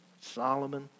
Solomon